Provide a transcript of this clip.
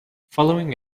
following